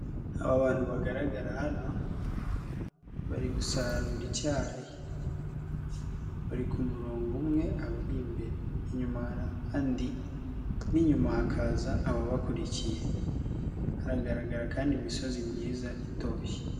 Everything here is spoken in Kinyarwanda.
Aba bantu bagaragara hano, bari gusarura icyayi. Bari ku murongo umwe abari imbere. Inyuma hari abandi, n'inyuma hakaza ababakurikiye. Haragaragara kandi imisozi myiza itoshye.